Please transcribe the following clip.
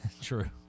True